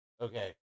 Okay